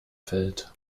fällt